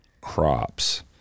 crops